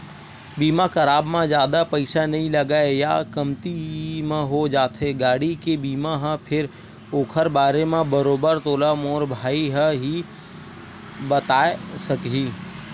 बीमा कराब म जादा पइसा नइ लगय या कमती म हो जाथे गाड़ी के बीमा ह फेर ओखर बारे म बरोबर तोला मोर भाई ह ही बताय सकही